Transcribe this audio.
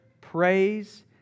praise